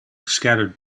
scattered